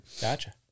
Gotcha